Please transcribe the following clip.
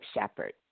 shepherd